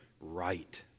right